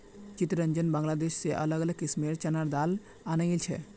चितरंजन बांग्लादेश से अलग अलग किस्मेंर चनार दाल अनियाइल छे